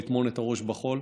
לטמון את הראש בחול,